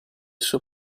suo